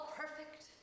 perfect